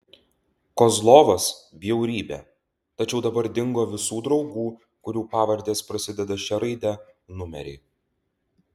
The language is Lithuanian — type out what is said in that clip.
kozlovas bjaurybė tačiau dabar dingo visų draugų kurių pavardės prasideda šia raide numeriai